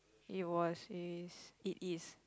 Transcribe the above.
it was is it is